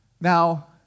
Now